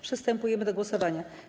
Przystępujemy do głosowania.